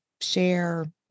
share